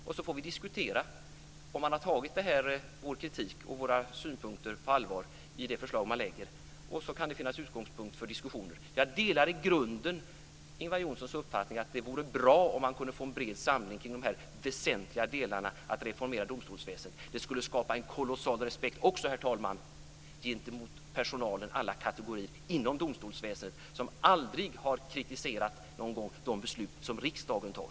Om man har tagit vår kritik och våra synpunkter på allvar i det förslag man lägger kan det finnas utgångspunkt för diskussioner. Jag delar i grunden Ingvar Johnssons uppfattning att det vore bra om vi kunde få en bred samling kring de här väsentliga delarna i fråga om att reformera domstolsväsendet. Det skulle också skapa en kolossal respekt, herr talman, gentemot personalen, av alla kategorier inom domstolsväsendet, som aldrig någon gång har kritiserat de beslut som riksdagen tar.